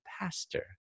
pastor